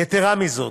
יתרה מזאת,